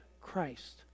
Christ